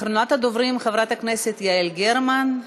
אחרונת הדוברים, חברת הכנסת יעל גרמן.